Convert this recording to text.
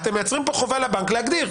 אתם מייצרים פה חובה לבנק להגדיר.